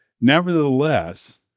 nevertheless